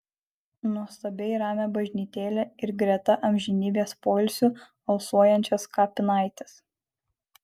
nuostabiai ramią bažnytėlę ir greta amžinybės poilsiu alsuojančias kapinaites